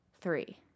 three